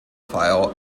file